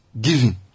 Giving